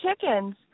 chickens